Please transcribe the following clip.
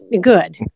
good